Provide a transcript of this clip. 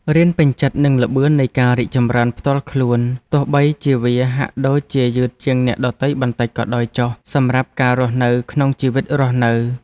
រៀនពេញចិត្តនឹងល្បឿននៃការរីកចម្រើនផ្ទាល់ខ្លួនទោះបីជាវាហាក់ដូចជាយឺតជាងអ្នកដទៃបន្តិចក៏ដោយចុះសម្រាប់ការរស់នៅក្នុងជីវិតរស់នៅ។